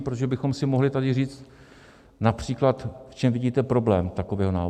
Protože bychom si mohli tady říct, například v čem vidíte problém takového návrhu.